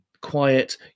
quiet